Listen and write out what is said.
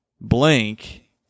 Blank